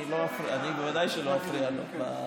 והיא כרגע אפילו לא פנויה להקשיב לי,